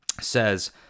says